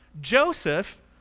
Joseph